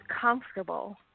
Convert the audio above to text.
comfortable